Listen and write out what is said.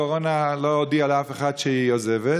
הקורונה לא הודיעה לאף אחד שהיא עוזבת,